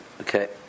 Okay